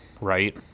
right